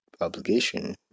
obligation